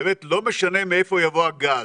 באמת לא משנה מאיפה יבוא הגז,